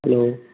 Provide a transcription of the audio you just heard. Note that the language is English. hello